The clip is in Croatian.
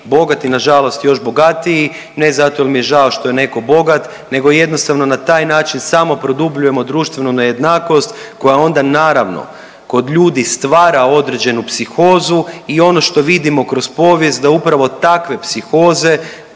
bogati na žalost još bogatiji ne zato jer mi je žao što je netko bogat nego jednostavno na taj način samo produbljujemo društvenu nejednakost koja onda naravno kod ljudi stvara određenu psihozu. I ono što vidimo kroz povijest da upravo takve psihoze